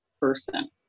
person